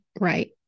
Right